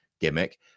gimmick